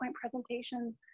presentations